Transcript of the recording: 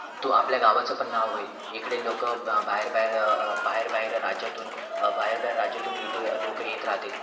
तो आपल्या गावाचं पण नाव होईल इकडे लोकं बाहेर बाहेर बाहेर बाहेर राज्यातून बाहेर बाहेर राज्यातून इथे लोकं येत राहतील